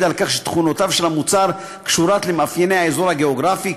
על כך שתכונותיו של המוצר קשורות למאפייני האזור הגיאוגרפי.